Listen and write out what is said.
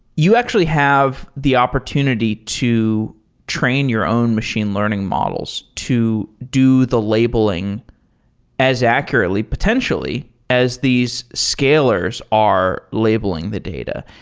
you actually have the opportunity to train your own machine learning models to do the labeling as accurately, potentially as these scalers are labeling the data.